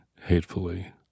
hatefully